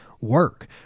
Work